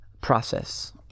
process